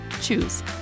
choose